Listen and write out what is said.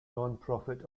nonprofit